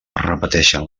repeteixen